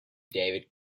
david